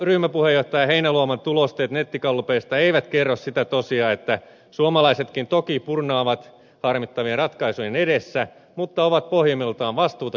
ryhmäpuheenjohtaja heinäluoman tulosteet nettigallupeista eivät kerro sitä tosiasiaa että suomalaisetkin toki purnaavat harmittavien ratkaisujen edessä mutta ovat pohjimmiltaan vastuuta kantavaa kansaa